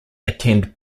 attend